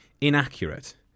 inaccurate